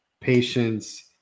patience